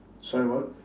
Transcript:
sorry what